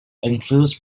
includes